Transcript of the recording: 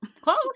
Close